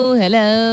hello